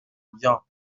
ambiant